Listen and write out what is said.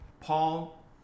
Paul